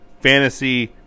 fantasy